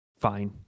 fine